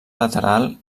lateral